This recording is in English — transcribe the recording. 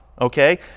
okay